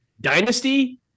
dynasty